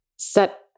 set